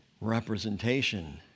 representation